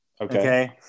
Okay